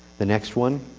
the next one,